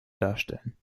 darstellen